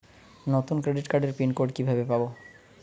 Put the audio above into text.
নতুন ক্রেডিট কার্ডের pin code কিভাবে পাব?